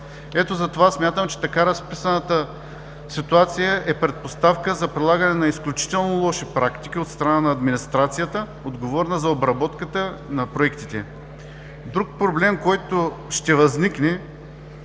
Ето затова смятам, че така разписаната ситуация е предпоставка за прилагане на изключително лоши практики от страна на администрацията, отговорна за обработката на проектите. Друг проблем, който ще възникне,